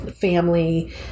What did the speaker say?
family